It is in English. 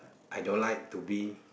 I don't like to be